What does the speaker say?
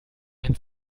ein